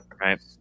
right